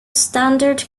standard